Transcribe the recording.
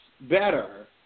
better